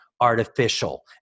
artificial